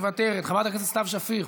מוותרת, חברת הכנסת סתיו שפיר,